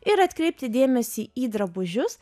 ir atkreipti dėmesį į drabužius